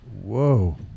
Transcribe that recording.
Whoa